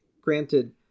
Granted